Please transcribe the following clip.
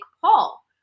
Paul